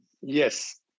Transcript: Yes